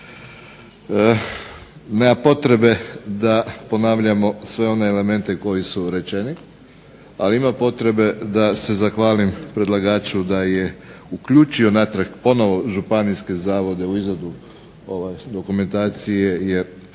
Nema potrebe da ponavljamo sve one elemente koji su rečeni, ali ima potrebe da se zahvalim predlagaču da je uključio natrag ponovo županijske zavode u izradu dokumentacije. Jer